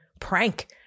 prank